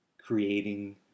creating